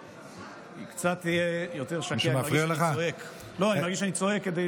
אם קצת יהיה יותר שקט, אני מרגיש שאני צועק.